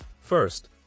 First